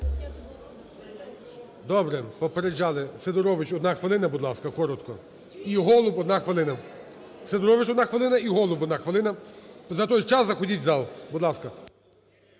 Добре. Попереджали. Сидорович, одна хвилина, будь ласка, коротко. І Голуб – одна хвилина. Сидорович – одна хвилина і Голуб – одна хвилина. За той час заходіть в зал. Будь ласка.